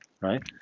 Right